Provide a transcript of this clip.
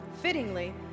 Fittingly